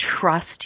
trust